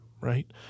right